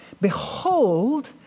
Behold